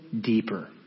deeper